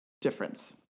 difference